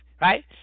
right